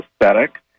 aesthetic